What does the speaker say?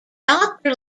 doctor